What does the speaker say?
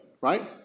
Right